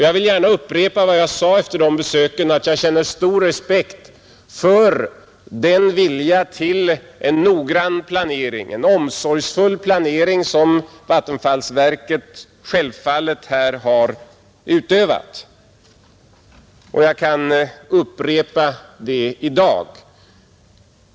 Jag vill gärna upprepa vad jag sade efter de besöken, nämligen att jag känner stor respekt för den vilja till en noggrann och omsorgsfull planering som vattenfallsverket självfallet här har lagt i dagen.